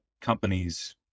companies